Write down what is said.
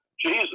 Jesus